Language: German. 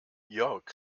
jörg